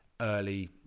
early